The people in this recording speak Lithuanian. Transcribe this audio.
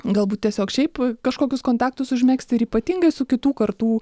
galbūt tiesiog šiaip kažkokius kontaktus užmegzti ir ypatingai su kitų kartų